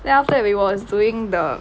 then after that he was doing the